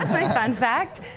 fun fact.